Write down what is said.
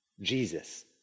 Jesus